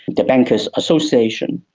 the bankers association,